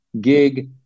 gig